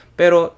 pero